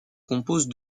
compose